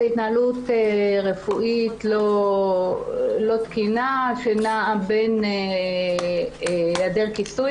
זו התנהלות רפואית לא תקינה שנעה בין היעדר כיסוי